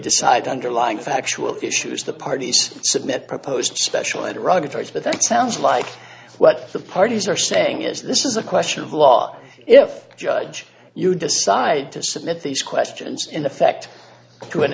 decide the underlying factual issues the parties submit proposed special ed ruscha george but that sounds like what the parties are saying is this is a question of law if judge you decide to submit these questions in effect to an